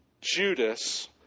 Judas